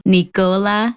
Nicola